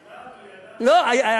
ידענו, ידענו.